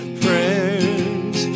prayers